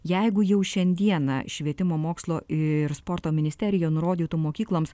jeigu jau šiandieną švietimo mokslo ir sporto ministerija nurodytų mokykloms